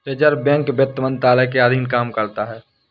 reserve Bank वित्त मंत्रालय के अधीन काम करता है